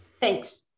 Thanks